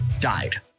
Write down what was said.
died